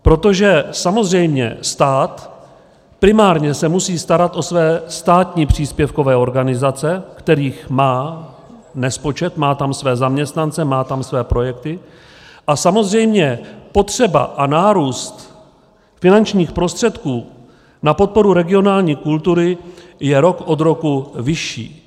Protože samozřejmě stát primárně se musí starat o své státní příspěvkové organizace, kterých má nespočet, má tam své zaměstnance, má tam své projekty, a samozřejmě potřeba a nárůst finančních prostředků na podporu regionální kultury je rok od roku vyšší.